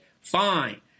Fine